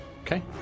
Okay